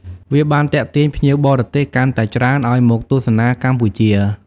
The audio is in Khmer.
វាបានទាក់ទាញភ្ញៀវបរទេសកាន់តែច្រើនឲ្យមកទស្សនាកម្ពុជា។